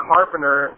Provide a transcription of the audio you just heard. Carpenter